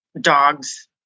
dogs